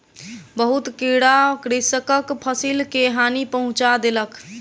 बहुत कीड़ा कृषकक फसिल के हानि पहुँचा देलक